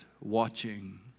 watching